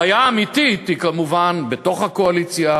הבעיה האמיתית היא כמובן בתוך הקואליציה.